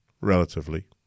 relatively